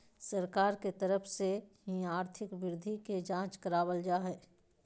सरकार के तरफ से ही आर्थिक वृद्धि के जांच करावल जा हय